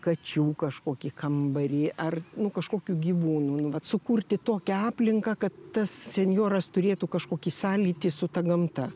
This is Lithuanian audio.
kačių kažkokį kambarį ar nu kažkokių gyvūnų nuvat sukurti tokią aplinką kad tas senjoras turėtų kažkokį sąlytį su ta gamta